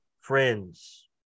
friends